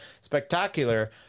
Spectacular